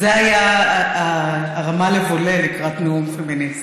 זה היה ההרמה לוולה לקראת נאום פמיניסטי.